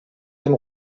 dem